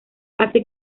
hace